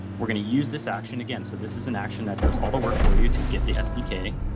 we're going to use this action. again, so this is an action that does all the work for you to get the sdk,